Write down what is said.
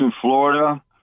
Florida